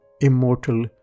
Immortal